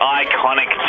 iconic